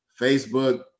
Facebook